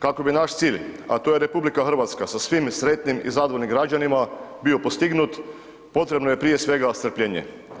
Kako bi naš cilj, a to je RH sa svim sretnim i zadovoljnim građanima bio postignut, potrebno je prije svega strpljenje.